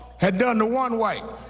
had done to one white,